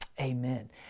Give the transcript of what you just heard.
Amen